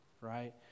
right